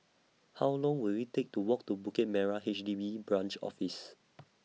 How Long Will IT Take to Walk to Bukit Merah H D B Branch Office